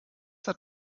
hat